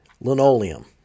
linoleum